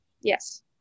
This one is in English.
Yes